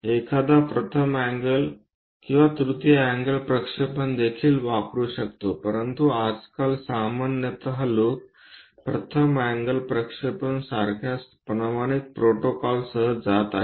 एखादा प्रथम अँगल आणि तृतीय अँगल प्रक्षेपणदेखील वापरू शकतो परंतु आजकाल सामान्यत लोक प्रथम अँगल प्रक्षेपण सारख्या प्रमाणित प्रोटोकॉलसह जात आहेत